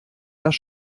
das